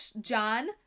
John